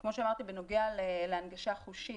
כמו שאמרתי בנוגע להגנשה חושית,